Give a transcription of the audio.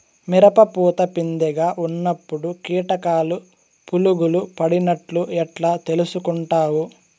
మిరప పూత పిందె గా ఉన్నప్పుడు కీటకాలు పులుగులు పడినట్లు ఎట్లా తెలుసుకుంటావు?